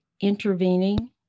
intervening